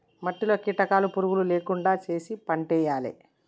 మట్టిలో కీటకాలు పురుగులు లేకుండా చేశి పంటేయాలే